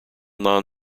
non